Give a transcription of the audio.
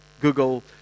Google